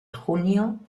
junio